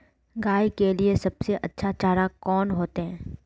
गाय के लिए सबसे अच्छा चारा कौन होते?